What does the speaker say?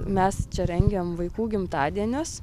mes čia rengiam vaikų gimtadienius